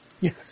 Yes